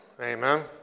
Amen